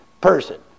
person